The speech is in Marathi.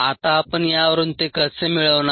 आता आपण यावरून ते कसे मिळवणार